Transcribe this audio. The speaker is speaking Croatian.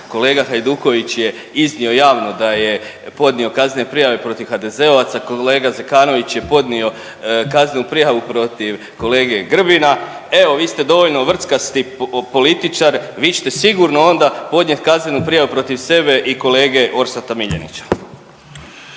Kolega Hajduković je iznio javno da je podnio kaznene prijave protiv HDZ-ovaca, kolega Zekanović je podnio kaznenu prijavu protiv kolege Grbina, evo vi ste dovoljno vrckasti političar vi ćete sigurno onda podnijet kaznenu prijavu protiv sebe i kolege Orsata Miljenića.